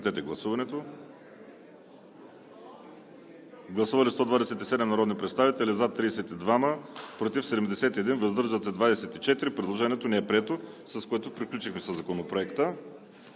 Гласували 127 народни представители: за 32, против 71, въздържали се 24. Предложението не е прието, с което приключихме със Законопроекта.